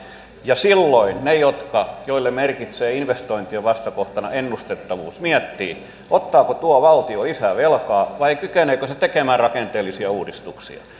ja silloin ne joille merkitsee investointien vastakohtana ennustettavuus miettivät ottaako tuo valtio lisää velkaa vai kykeneekö se tekemään rakenteellisia uudistuksia